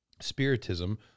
Spiritism